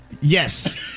Yes